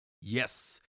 Yes